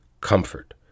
comfort